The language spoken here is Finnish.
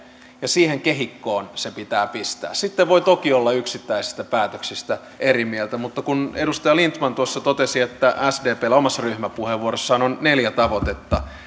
ja siihen kehikkoon se pitää pistää sitten voi toki olla yksittäisistä päätöksistä eri mieltä mutta kun edustaja lindtman totesi omassa ryhmäpuheenvuorossaan että sdpllä on neljä tavoitetta